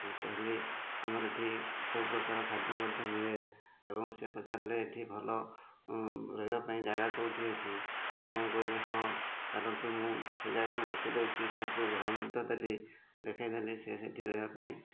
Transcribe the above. ମୁଁ କହିଲି ଆମର ଏଠି ସବୁ ପ୍ରକାର ଖାଦ୍ୟ ମଧ୍ୟ ମିଳେ ଏବଂ ସେ ପଚାରିଲେ ଏଠି ଭଲ ରହିବା ପାଇଁ ଯାଗା କୋଉଠି ଅଛି ମୁଁ ତାଙ୍କୁ କହିଲି ହଁ ଚାଲନ୍ତୁ ମୁଁ ସେ ଯାଗା ମୁଁ ଦେଖେଇ ଦେଉଛି ତାଙ୍କୁ ଘର ମଧ୍ୟ ଦେଲି ଦେଖେଇ ଦେଲି ସିଏ ସେଠି ରହିବା ପାଇଁ